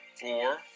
four